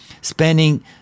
spending